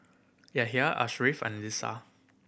Yahya Ashraff and Lisa